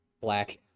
Black